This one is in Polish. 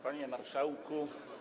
Panie Marszałku!